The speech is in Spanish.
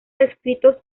descritos